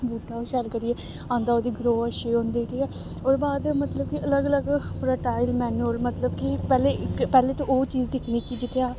बूह्टा ओह् शैल करियै आंदा ओह्दी ग्रो अच्छी होंदी ठीक ऐ ओह्दे बाद मतलब कि अलग अलग फटाईल मैनू मतलब कि पैह्ले पैह्लें ते ओह् चीज़ दिक्खनी कि जित्थै